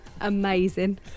Amazing